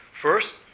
First